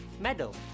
medal